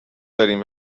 داریم